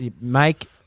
make